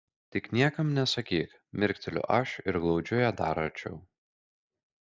tik niekam nesakyk mirkteliu aš ir glaudžiu ją dar arčiau